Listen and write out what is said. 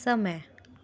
समय